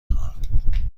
خواهم